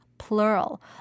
Plural